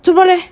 做么 leh